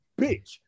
bitch